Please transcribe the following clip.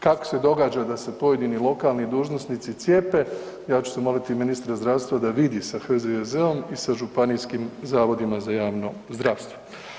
Kako se događa da se pojedini lokalni dužnosnici cijepe, ja ću zamoliti ministra zdravstva da vidi sa HZJZ-om i sa županijskim zavodima za javno zdravstvo.